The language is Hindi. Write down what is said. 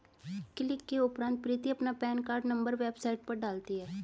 क्लिक के उपरांत प्रीति अपना पेन कार्ड नंबर वेबसाइट पर डालती है